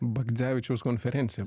bagdzevičiaus konferencija